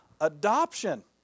adoption